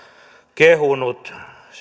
kehunut